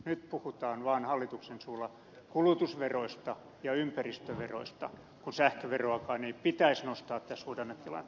nyt puhutaan vaan hallituksen suulla kulutusveroista ja ympäristöveroista kun sähköveroakaan ei pitäisi nostaa tässä suhdannetilanteessa